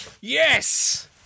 Yes